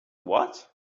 what